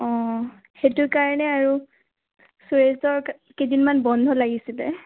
অঁ সেইটো কাৰণে আৰু সুৰেশৰ কেইদিনমান বন্ধ লাগিছিলে